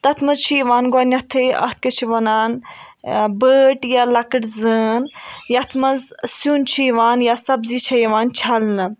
تَتھ منز چھُ یوان گۄڑنیتھٕے اَتھ کیاہ چھِ ونان بٲٹۍ یا لۄکٕٹ زٲن یَتھ منٛز سِیُن چھُ یوان یا سبزی چھےٚ یوان چَھلنہٕ